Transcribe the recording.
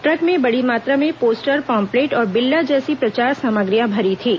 truck में बड़ी मात्रा में पोस्टर पॉम्पलेट और बिल्ला जैसी प्रचार सामग्रियां भरी थीं